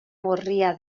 gorria